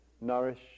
nourish